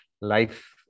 life